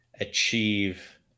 achieve